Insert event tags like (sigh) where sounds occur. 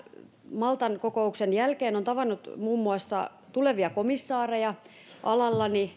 maltan kokouksen jälkeen olen tavannut muun muassa tulevia komissaareja alallani (unintelligible)